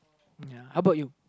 ya how about you